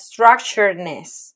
structuredness